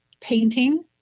painting